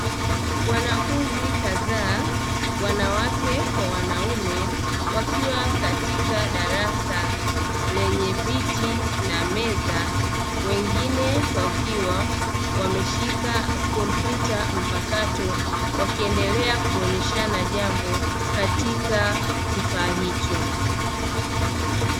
Wanafunzi kadhaa wanawake kwa wanaume wakiwa katika darasa lenye viti na meza. Wengine wakiwa wameshika kompyuta mpakato wakiendelea kuonyeshana jambo katika kifaa hicho.